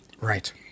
Right